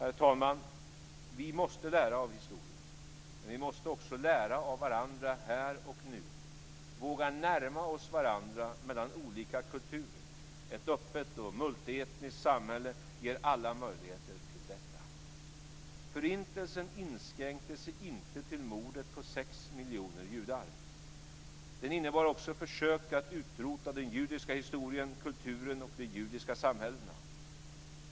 Herr talman! Men vi måste också lära av varandra här och nu, våga närma oss varandra mellan olika kulturer. Ett öppet och multietniskt samhälle ger alla möjligheter till detta. Förintelsen inskränkte sig inte till morden på 6 miljoner judar. Den innebar också försök att utrota den judiska historien, kulturen och de judiska samhällena.